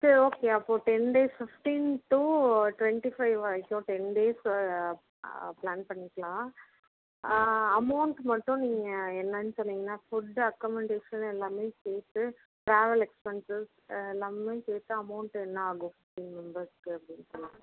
சரி ஓகே அப்போ ten days fifteen to twenty five வரைக்கும் டென் டேஸ்ஸு பிளான் பண்ணிக்கலாம் அமௌன்ட் மட்டும் நீங்கள் என்னன் சொன்னிங்கனா ஃபுட்டு அக்கமண்டேஷன்னு எல்லாமே சேர்த்து ட்ராவல் எக்ஸ்பன்சஸ் எல்லாமே சேர்த்து அமௌன்ட் என்ன ஆகும் டென் மெம்பெர்ஸ்க்கு அப்படின் சொல்லுங்கள்